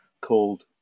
called